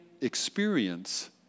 experience